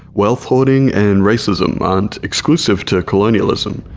wealth hoarding and racism aren't exclusive to colonialism,